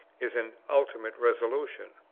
is an ultimate resolution.